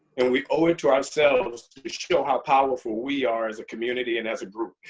and we owe it to ourselves to show how powerful we are as a community and as a group,